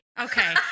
okay